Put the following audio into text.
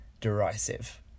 derisive